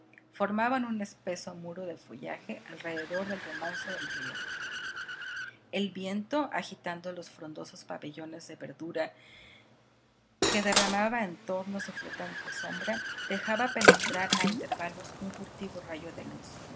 formaban un espeso muro de follaje alrededor del remanso del río el viento agitando los frondosos pabellones de verdura que derramaba en torno su flotante sombra dejaba penetrar a intervalos un furtivo rayo de luz